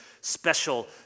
special